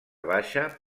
baixa